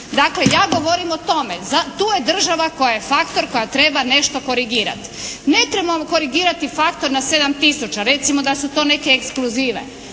Dakle, ja govorim o tome tu je država koja je faktor, koja treba nešto korigirati. Ne trebamo korigirati faktor na 7000. Recimo da su to neke ekskluzive,